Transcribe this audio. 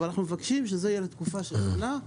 אנחנו מבקשים שזה יהיה לתקופה של שנה.